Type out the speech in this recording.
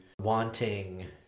wanting